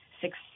six